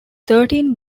thirteen